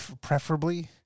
preferably